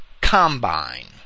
Combine